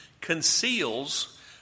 conceals